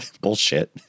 bullshit